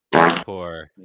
Poor